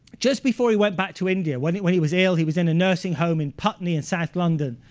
just before we went back to india, when he when he was ill he was in a nursing home in putney in south london.